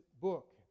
book